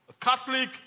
Catholic